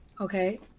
okay